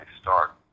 start